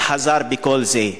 וחזר על כל זה.